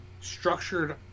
structured